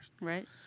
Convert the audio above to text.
Right